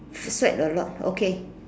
sweat a lot okay